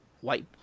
White